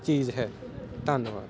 ਚੀਜ਼ ਹੈ ਧੰਨਵਾਦ